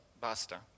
Basta